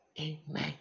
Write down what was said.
amen